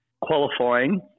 qualifying